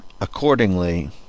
accordingly